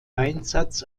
einsatz